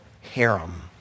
harem